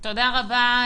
תודה רבה.